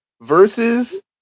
versus